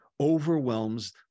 overwhelms